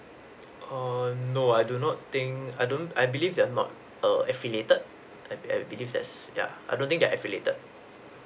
err no I do not think I don't I believe that I'm not err affiliated I I believe that's yeah I don't think that I affiliated